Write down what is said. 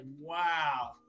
wow